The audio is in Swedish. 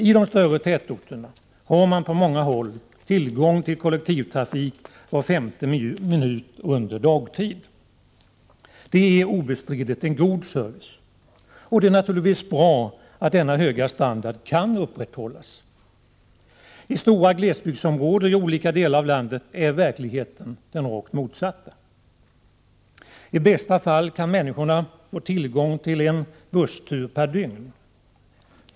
I de större tätorterna har man på många håll tillgång till kollektivtrafik var femte minut under dagtid. Det är obestridligt en god service, och det är naturligtvis bra att denna höga standard kan upprätthållas. I stora glesbygdsområden i olika delar av landet är verkligheten den rakt motsatta. I bästa fall har människorna tillgång till en busstur per dygn.